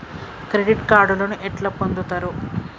Credit కార్డులను ఎట్లా పొందుతరు?